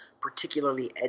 particularly